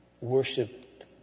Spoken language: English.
worship